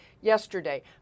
yesterday